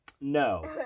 no